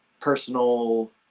personal